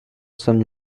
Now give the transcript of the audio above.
some